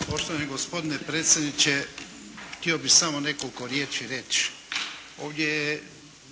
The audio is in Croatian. Ivan (HDZ)** Poštovani gospodine predsjedniče htio bih samo nekoliko riječi reći. Ovdje